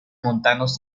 montanos